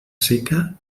seca